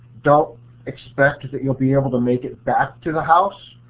don't expect that you'll be able to make it back to the house.